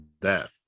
death